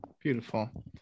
beautiful